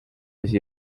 asi